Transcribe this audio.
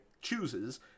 chooses